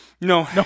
No